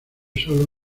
solo